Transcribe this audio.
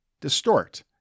distort